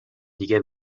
دیگه